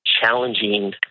challenging